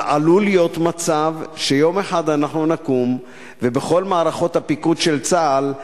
אבל עלול להיות מצב שיום אחד אנחנו נקום ובכל מערכות הפיקוד של צה"ל,